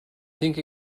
think